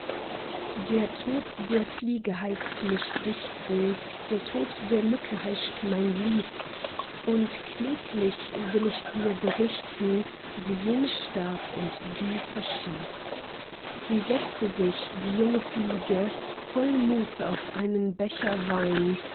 der tod der fliege heißt mich dichten der tod der mücke heischt mein lied und kläglich will ich dir berichten wie jene starb und die verschied sie setzte sich die junge fliege voll mut auf einen becher wein